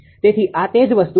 તેથી આ તે જ વસ્તુ છે